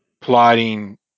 plotting